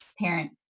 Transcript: parent